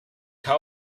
how